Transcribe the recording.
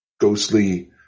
ghostly